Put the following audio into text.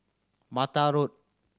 Mata Road